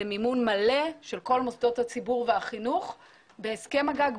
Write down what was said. מימון מלא של כל מוסדות הציבור והחינוך בהסכם הגג,